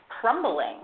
crumbling